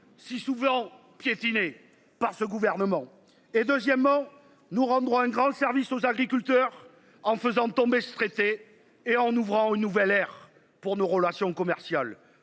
si souvent piétinée par ce gouvernement, et deuxièmement nous rendre un grand service aux agriculteurs en faisant tomber ce traité et en ouvrant une nouvelle ère pour nos relations commerciales.